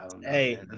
Hey